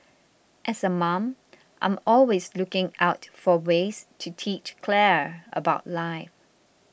as a mom I'm always looking out for ways to teach Claire about life